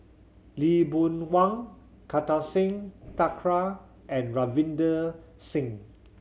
Lee Boon Wang Kartar Singh Thakral and Ravinder Singh